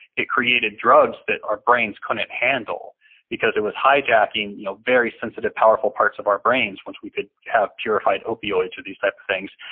it created drugs that our brains couldn't handle because it was hijacking you know very sensitive, powerful parts of our brains once we could have purified opioids or these types of things,